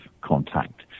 contact